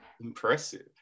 Impressive